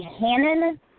Hannon